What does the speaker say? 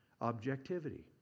objectivity